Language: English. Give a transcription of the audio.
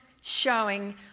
showing